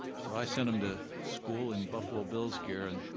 so i sent him to school in buffalo bills gear and